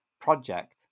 project